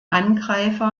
angreifer